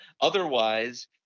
Otherwise